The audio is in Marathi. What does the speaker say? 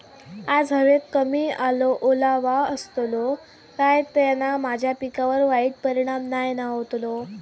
आज हवेत कमी ओलावो असतलो काय त्याना माझ्या पिकावर वाईट परिणाम नाय ना व्हतलो?